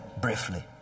briefly